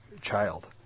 child